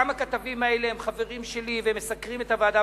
גם הכתבים האלה הם חברים שלי והם מסקרים את הוועדה,